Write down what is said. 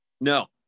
No